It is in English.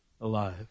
alive